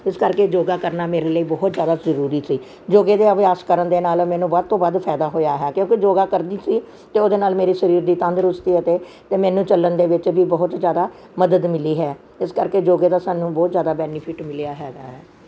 ਇਸ ਕਰਕੇ ਯੋਗਾ ਕਰਨਾ ਮੇਰੇ ਲਈ ਬਹੁਤ ਜ਼ਿਆਦਾ ਜ਼ਰੂਰੀ ਸੀ ਯੋਗੇ ਦੇ ਅਭਿਆਸ ਕਰਨ ਦੇ ਨਾਲ ਮੈਨੂੰ ਵੱਧ ਤੋਂ ਵੱਧ ਫ਼ਾਇਦਾ ਹੋਇਆ ਹੈ ਕਿਉਂਕਿ ਜੋਗਾ ਕਰਦੀ ਅਤੇ ਉਹਦੇ ਨਾਲ ਮੇਰੇ ਸਰੀਰ ਦੀ ਤੰਦਰੁਸਤੀ ਅਤੇ ਅਤੇ ਮੈਨੂੰ ਚੱਲਣ ਦੇ ਵਿੱਚ ਵੀ ਬਹੁਤ ਜ਼ਿਆਦਾ ਮਦਦ ਮਿਲੀ ਹੈ ਇਸ ਕਰਕੇ ਯੋਗੇ ਦਾ ਸਾਨੂੰ ਬਹੁਤ ਜ਼ਿਆਦਾ ਬੈਨੀਫਿਟ ਮਿਲਿਆ ਹੈਗਾ ਹੈ